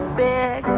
big